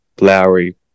Lowry